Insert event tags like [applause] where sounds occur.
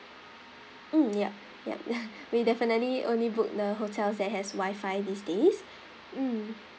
mm yup yup [laughs] we definitely only book the hotels that has wi-fi these days mm